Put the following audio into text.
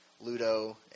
Ludo